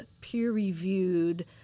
peer-reviewed